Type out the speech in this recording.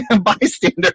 bystander